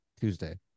Tuesday